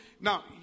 Now